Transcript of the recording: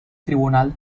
tribunal